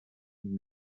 und